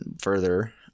further